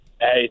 Hey